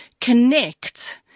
connect